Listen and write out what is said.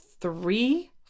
three